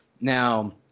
Now